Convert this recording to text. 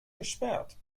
gesperrt